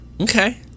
okay